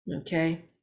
okay